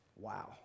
Wow